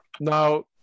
Now